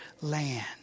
land